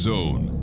Zone